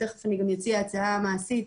ותיכף אני גם אציע הצעה מעשית,